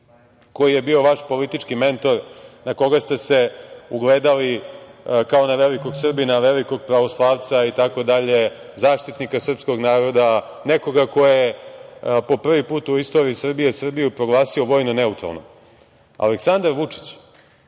koji je bio vaš politički mentor, na koga ste se ugledali kao na velikog Srbina, velikog pravoslavca itd, zaštitnika srpskog naroda, nekoga ko je po prvi put u istoriji Srbije, Srbiju proglasio vojno neutralnom, Aleksandar Vučić